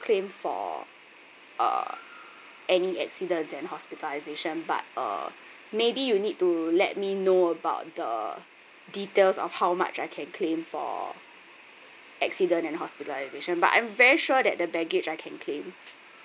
claim for uh any accident and hospitalisation but uh maybe you need to let me know about the details of how much I can claim for accident and hospitalisation but I'm very sure that the baggage I can claim